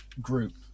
group